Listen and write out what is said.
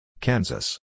Kansas